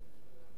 ובכן,